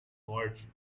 norte